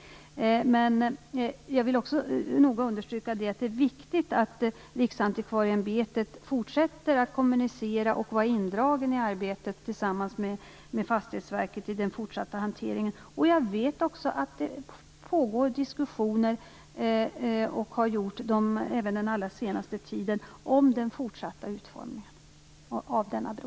Jag vill också noga understryka att det är viktigt att Riksantikvarieämbetet fortsätter att kommunicera med och vara indraget i arbetet tillsammans med Fastighetsverket vid den fortsatta hanteringen. Jag vet också att det pågår - och har gjort även den allra senaste tiden - diskussioner om den fortsatta utformningen av denna bro.